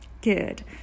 Good